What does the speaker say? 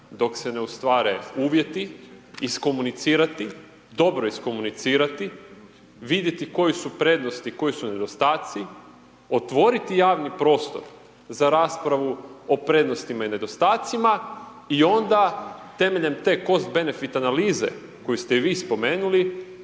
dok se ne ostvare uvjeti, iskomunicirati, dobro iskomunicirati, vidjeti koje su prednosti, koje su nedostaci, otvoriti javni prostor za raspravu o prednostima i nedostacima i onda temeljem te cost benefit analize koju ste i vi spomenuli,